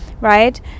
right